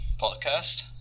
podcast